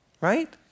Right